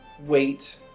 wait